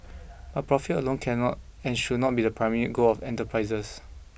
but profit alone cannot and should not be the primary goal of enterprises